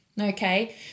okay